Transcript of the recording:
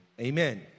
amen